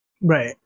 Right